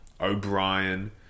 O'Brien